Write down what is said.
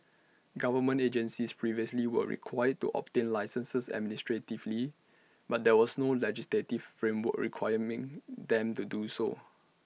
government agencies previously were required to obtain licences administratively but there was no legislative framework requiring them to do so